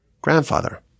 grandfather